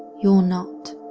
you're not.